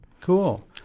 Cool